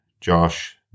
Josh